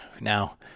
now